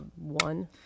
One